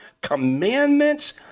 commandments